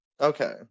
Okay